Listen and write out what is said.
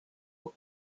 were